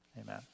Amen